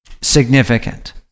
significant